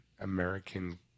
American